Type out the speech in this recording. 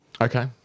okay